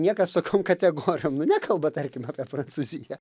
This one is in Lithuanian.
niekas tokiom kategorijom nu nekalba tarkim apie prancūziją